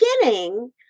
beginning